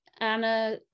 Anna